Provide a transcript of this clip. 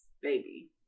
baby